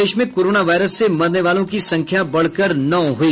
प्रदेश में corona virus से मरने वालों की संख्या बढ़कर नौ हुई